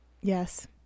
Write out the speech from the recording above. Yes